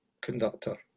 conductor